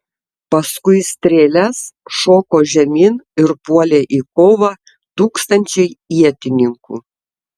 paskui strėles šoko žemyn ir puolė į kovą tūkstančiai ietininkų